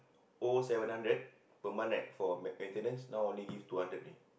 owe seven hundred per month right for ma~ maintenance now only give two hundred only